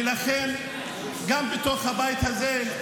ולכן, גם בתוך הבית הזה,